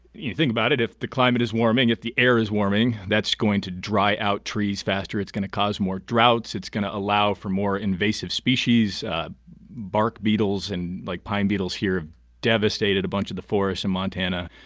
you think about it. if the climate is warming, if the air is warming, that's going to dry out trees faster. it's going to cause more droughts. it's going to allow for more invasive species bark beetles and, like, pine beetles here have devastated a bunch of the forests in montana.